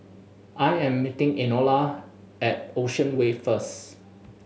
I am meeting Enola at Ocean Way first